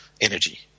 energy